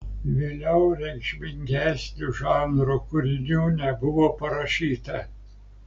vėliau reikšmingesnių žanro kūrinių nebuvo parašyta